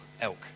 elk